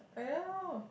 I know